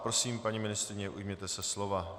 Prosím, paní ministryně, ujměte se slova.